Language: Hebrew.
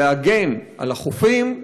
להגן על החופים,